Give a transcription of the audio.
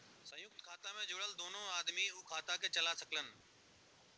संयुक्त खाता मे जुड़ल दुन्नो आदमी उ खाता के चला सकलन